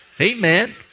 Amen